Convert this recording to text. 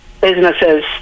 Businesses